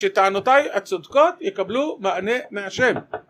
שטענותי הצודקות יקבלו מענה מהשם